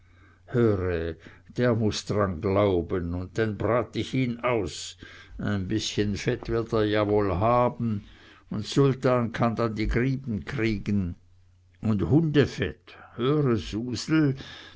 der muß dran glauben un denn brat ich ihn aus ein bißchen fett wird er ja woll haben un sultan kann denn die grieben kriegen und hundefett höre susel